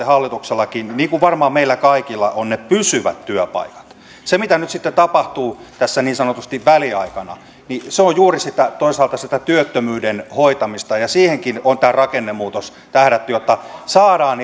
hallituksellakin niin kuin varmaan meillä kaikilla ovat ne pysyvät työpaikat se mitä nyt sitten tapahtuu tässä niin sanotusti väliaikana on juuri toisaalta sitä työttömyyden hoitamista ja siihenkin on tämä rakennemuutos tähdätty jotta saadaan